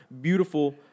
beautiful